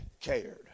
cared